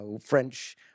French